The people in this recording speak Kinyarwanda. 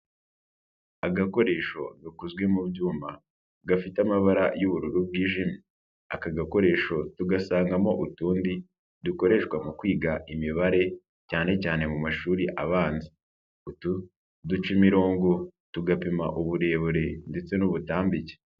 Agakoresho gakozwe mu byuma, gafite amabara y'ubururu bwijimye, aka gakoresho tugasangamo utundi dukoreshwa mu kwiga imibare cyane cyane mumashuri abanza, utu ducama imirongo, tugapima uburebure ndetse n'ubutambike.